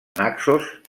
naxos